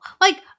Like-